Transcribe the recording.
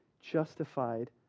Justified